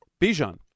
Bijan